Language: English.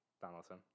Donaldson